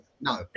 no